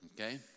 okay